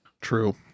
true